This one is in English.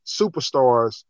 superstars